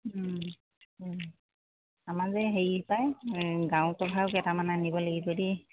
আমাৰ যে হেৰি পায় গাৰু কভাৰো কেইটামান আনিব লাগিব দে